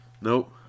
Nope